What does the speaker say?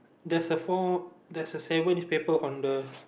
there's a four there's a seven newspaper on the